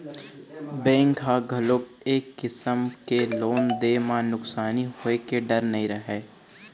bank ह घलोक ए किसम के लोन दे म नुकसानी होए के डर नइ रहय